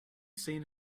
seen